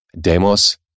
Demos